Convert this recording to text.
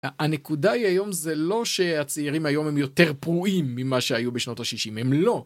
הנקודה היום זה לא שהצעירים היום הם יותר פרועים ממה שהיו בשנות השישים הם לא.